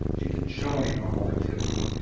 she didn't show any normal activity.